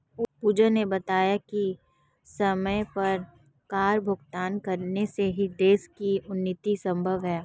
पूजा ने बताया कि समय पर कर भुगतान करने से ही देश की उन्नति संभव है